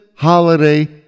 holiday